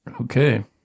Okay